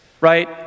right